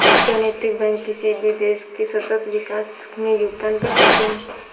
क्या नैतिक बैंक किसी भी देश के सतत विकास में योगदान कर सकते हैं?